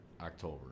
October